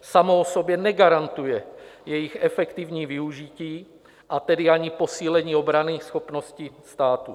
samo o sobě negarantuje jejich efektivní využití, a tedy ani posílení obranyschopnosti státu.